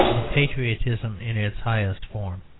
of patriotism in its highest form?